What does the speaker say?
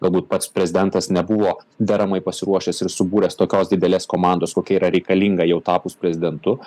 galbūt pats prezidentas nebuvo deramai pasiruošęs ir subūręs tokios didelės komandos kokia yra reikalinga jau tapus prezidentu